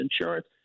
insurance